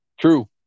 True